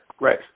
right